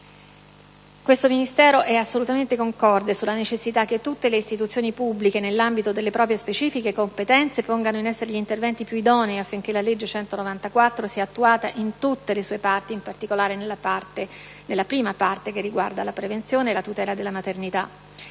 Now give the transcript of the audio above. della salute è assolutamente concorde sulla necessità che tutte le istituzioni pubbliche, nell'ambito delle proprie specifiche competenze, pongano in essere gli interventi più idonei affinché la legge n. 194 del 1978 sia attuata in tutte le sue parti, in particolare nella prima parte che riguarda la prevenzione e la tutela della maternità.